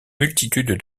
multitude